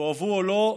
תאהבו או לא,